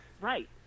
Right